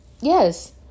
yes